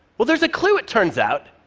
well, there's a clue, it turns out,